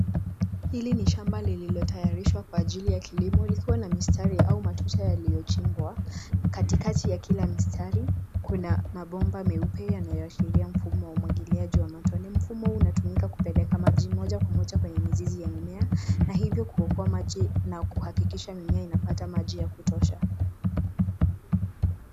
Hili ni shamba lililotayarishwa kwa ajili ya kilimo likiwa na mistari au matuta yaliyochimbwa. Katikati ya kila mistari, kuna mabomba meupe yanayoashiria mfumo wa umwagiliaji wa matone. Mfumo huu unatumika kupeleka maji moja kwa moja kwenye mizizi ya mimea, na hivyo kuokoa maji, na kuhakikisha mimea inapata maji ya kutosha.